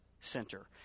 center